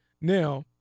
Now